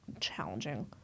challenging